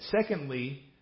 secondly